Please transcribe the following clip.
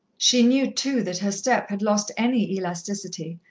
she knew, too, that her step had lost any elasticity,